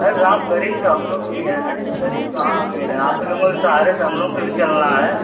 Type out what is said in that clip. अरे साहब गरीब तो हम लोग भी है ना गरीब कहाँ अमीर हैं आप ही लोगों के सहारे तो हम लोग के भी चलना है